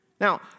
Now